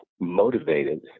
motivated